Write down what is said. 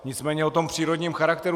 Nicméně o tom přírodním charakteru.